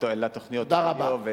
לתוכניות הרדיו,